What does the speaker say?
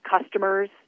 Customers